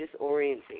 disorienting